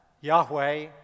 Yahweh